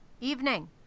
Evening